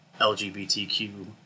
LGBTQ